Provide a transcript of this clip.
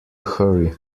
hurry